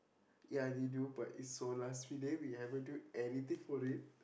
ya and you do but it's so last minute we haven't do anything for it